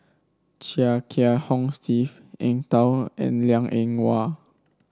Chia Kiah Hong Steve Eng Tow and Liang Eng Hwa